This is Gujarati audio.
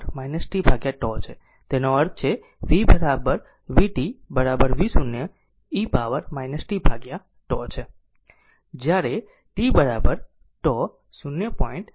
મારો મતલબ કે આ v vt v0 e power t τ છે તેનો અર્થ છે v vt v0 e power t τ છે